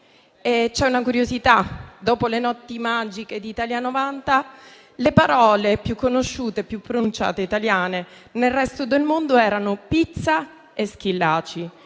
C'è una curiosità: dopo le notti magiche di Italia '90 le parole italiane più conosciute e pronunciate nel resto del mondo erano pizza e Schillaci.